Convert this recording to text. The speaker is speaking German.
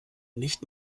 nicht